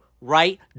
right